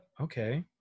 okay